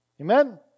Amen